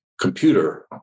computer